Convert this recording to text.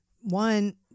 One